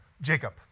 Jacob